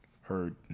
Heard